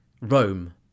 Rome